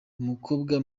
umukobwa